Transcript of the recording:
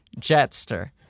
Jetster